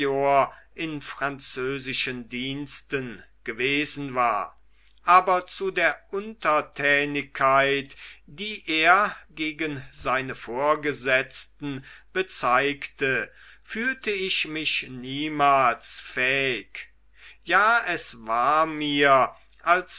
in französischen diensten gewesen war aber zu der untertänigkeit die er gegen seine vorgesetzten bezeigte fühlte ich mich niemals fähig ja es war mir als